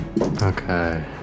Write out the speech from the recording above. Okay